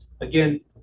again